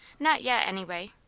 not yet, anyway.